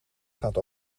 gaat